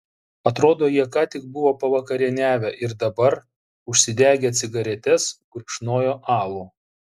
atrodo jie ką tik buvo pavakarieniavę ir dabar užsidegę cigaretes gurkšnojo alų